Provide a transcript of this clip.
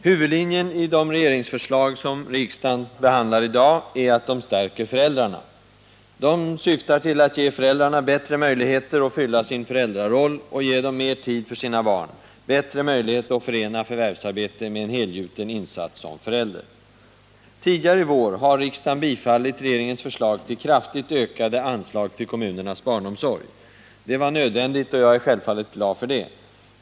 Herr talman! Huvudlinjen i de regeringsförslag som riksdagen behandlar i dag är att de stärker föräldrarna. De syftar till att ge föräldrarna bättre möjligheter att fylla sin föräldraroll och ge dem mer tid för sina barn, bättre möjligheter att förena förvärvsarbete med en helgjuten insats som förälder. Tidigare i vår har riksdagen bifallit regeringens förslag om kraftigt ökade anslag till kommunernas barnomsorg. Det var nödvändigt, och jag är självfallet glad för det.